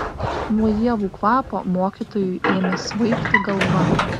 nuo ievų kvapo mokytojui ėmė svaigti galva